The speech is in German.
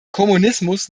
kommunismus